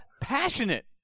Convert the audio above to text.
passionate